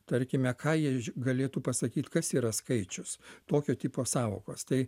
tarkime ką jie galėtų pasakyt kas yra skaičius tokio tipo sąvokos tai